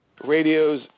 radios